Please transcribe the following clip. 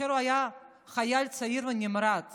כאשר הוא היה חייל צעיר ונמרץ